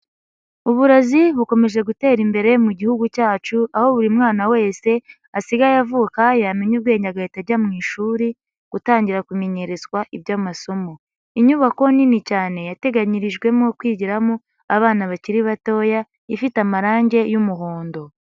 Uburezi bukomeje gutera imbere mu gihugu cyacu, aho buri mwana wese asigaye avuka yamenya ubwenge agahita ajya mu ishuri, gutangira kumenyerezwa iby'amasomo. lnyubako nini cyane yateganyirijwemo kwigiramo abana bakiri batoya, ifite amarangi y'umuhondo.